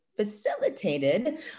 facilitated